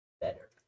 better